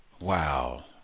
Wow